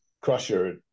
crusher